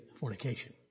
fornication